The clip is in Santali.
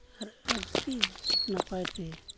ᱟᱨ ᱟᱹᱰᱤ ᱱᱟᱯᱟᱭᱛᱮ